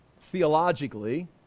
theologically